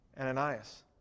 Ananias